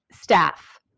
staff